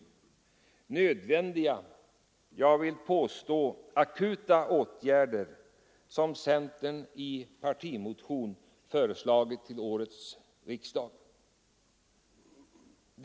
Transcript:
Det är nödvändiga — jag vill påstå akuta — åtgärder, som centern i partimotion till årets riksdag föreslagit.